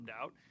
out